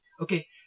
Okay